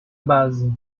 base